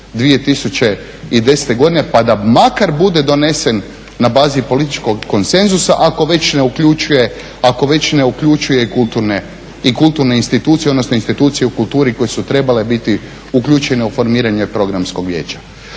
2010. godine pa da makar bude donesen na bazi političkog konsenzusa ako već ne uključuje i kulturne institucije odnosno institucije u kulturi koje su trebale biti uključene u formiranje Programskog vijeća.